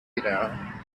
now